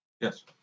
Yes